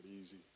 easy